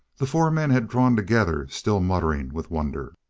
the four men had drawn together, still muttering with wonder.